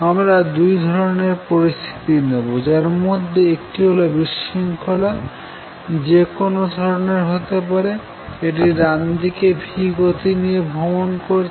আমরা দুই ধরনের পরিস্থিতি নেব যার মধ্যে একটি হল বিশৃঙ্খলা যে কোন ধরনের হতে পারে এটি ডানদিকে v গতি নিয়ে ভ্রমন করছে